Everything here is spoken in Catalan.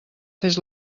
fes